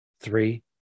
three